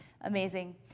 amazing